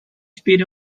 speed